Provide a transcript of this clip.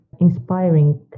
inspiring